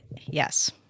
yes